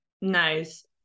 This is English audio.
nice